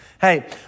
hey